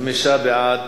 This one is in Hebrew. חמישה בעד,